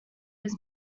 his